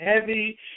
heavy